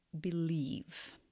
believe